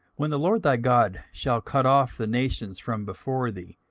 when the lord thy god shall cut off the nations from before thee,